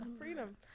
Freedom